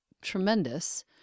tremendous